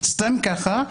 סתם ככה,